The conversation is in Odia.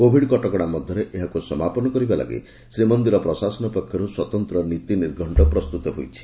କୋଭିଡ୍ କଟକଶା ମଧରେ ଏହାକୁ ସମାପନ କରିବା ଲାଗି ଶ୍ରୀମନ୍ଦିର ପ୍ରଶାସନ ପକ୍ଷରୁ ସ୍ୱତନ୍ତ ନୀତି ନିର୍ଘକ୍କ ପ୍ରସ୍ତୁତ କରାଯାଇଛି